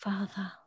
Father